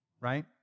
right